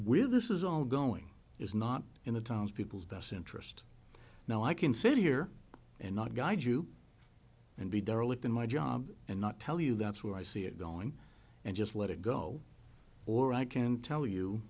with this is all going is not in the towns people's best interest now i can sit here and not guide you and be derelict in my job and not tell you that's where i see it going and just let it go or i can tell you